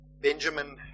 Benjamin